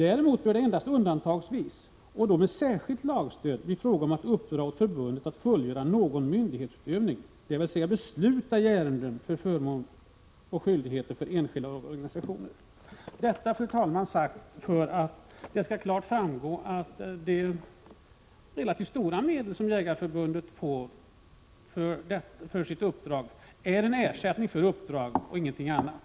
Däremot bör det endast undantagsvis, och då med särskilt lagstöd, bli fråga om att uppdra åt förbundet att fullgöra någon myndighetsutövning, dvs. besluta i ärenden som rör förmåner och skyldigheter för enskilda och organisationer.” Detta sagt, fru talman, för att det klart skall framgå att de relativt stora summor som Jägareförbundet får är en ersättning för det uppdrag förbundet har och ingenting annat.